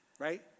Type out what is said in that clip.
Right